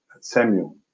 Samuel